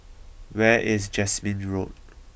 where is Jasmine Road